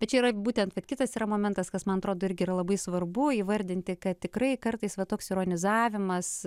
bet yra būtent kad kitas yra momentas kas man atrodo irgi yra labai svarbu įvardinti kad tikrai kartais va toks ironizavimas